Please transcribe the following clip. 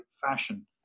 fashion